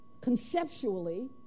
conceptually